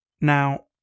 Now